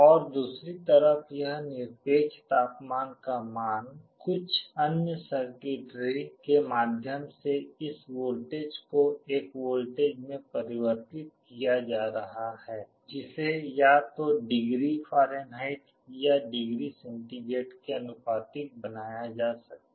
और दूसरी तरफ यह निरपेक्ष तापमान का मान कुछ अन्य सर्किटरी के माध्यम से इस वोल्टेज को एक वोल्टेज में परिवर्तित किया जा रहा है जिसे या तो डिग्री फ़ारेनहाइट या डिग्री सेंटीग्रेड के आनुपातिक बनाया जा सकता है